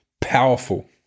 powerful